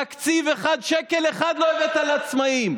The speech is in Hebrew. תקציב, שקל אחד לא הבאתם לעצמאים.